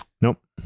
Nope